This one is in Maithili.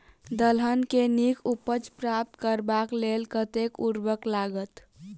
दलहन केँ नीक उपज प्राप्त करबाक लेल कतेक उर्वरक लागत?